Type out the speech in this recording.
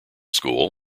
school